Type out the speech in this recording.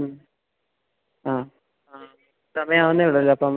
മ്മ് ആ ആ സമയമാകുന്നതേയുള്ളൂയല്ലേ അപ്പം